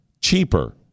cheaper